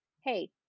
Hey